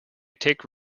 take